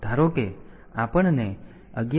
તેથી ધારો કે આપણને 11